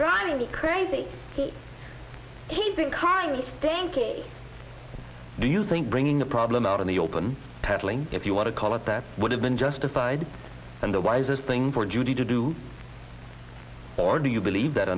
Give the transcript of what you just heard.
driving me crazy keeping congress thank you do you think bringing a problem out in the open peddling if you want to call it that would have been justified and the wisest thing for judy to do or do you believe that